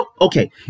Okay